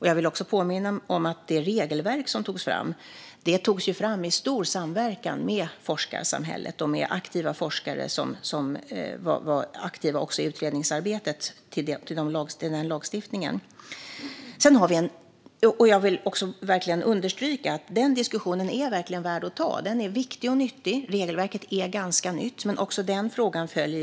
Jag vill också påminna om att regelverket togs fram i stor samverkan med forskarsamhället och med aktiva forskare som också deltog i utredningsarbetet inför lagstiftningen. Jag vill understryka att den diskussionen är värd att ta. Den är viktig och nyttig. Regelverket är nytt, men jag följer frågan noga.